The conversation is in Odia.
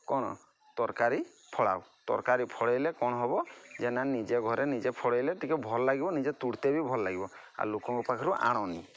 କ'ଣ ତରକାରୀ ଫଳାଅ ତରକାରୀ ଫଳେଇଲେ କ'ଣ ହେବ ଯେ ନା ନିଜେ ଘରେ ନିଜେ ଫଳେଇଲେ ଟିକିଏ ଭଲ ଲାଗିବ ନିଜେ ତୋଳିତେ ବି ଭଲ ଲାଗିବ ଆଉ ଲୋକଙ୍କ ପାଖରୁ ଆଣନି